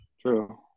True